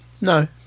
no